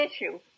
issue